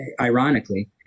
ironically